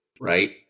right